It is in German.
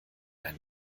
ein